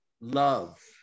Love